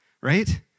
right